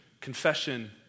confession